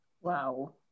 Wow